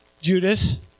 Judas